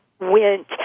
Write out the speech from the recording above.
went